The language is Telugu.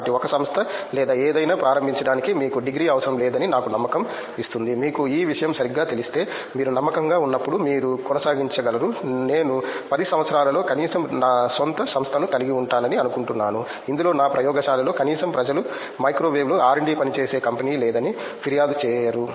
కాబట్టి ఒక సంస్థ లేదా ఏదైనా ప్రారంభించడానికి మీకు డిగ్రీ అవసరం లేదని నాకు నమ్మకం ఇస్తుంది మీకు ఈ విషయం సరిగ్గా తెలిస్తే మీరు నమ్మకంగా ఉన్నప్పుడు మీరు కొనసాగించగలరు నేను 10 సంవత్సరాలలో కనీసం నా స్వంత సంస్థను కలిగి ఉంటానని అనుకుంటున్నాను ఇందులో నా ప్రయోగశాలలో కనీసం ప్రజలు మైక్రోవేవ్లో RD పనిచేసే కంపెనీ లేదని ఫిర్యాదు చేయరు